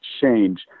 change